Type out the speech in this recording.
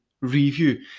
Review